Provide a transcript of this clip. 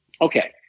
okay